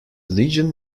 legion